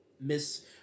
Miss